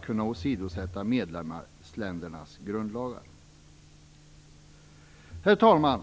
kunna åsidosätta medlemsländernas grundlagar. Herr talman!